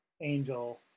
angel